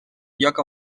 lloc